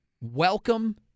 welcome